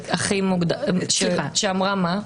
שאמרה מה?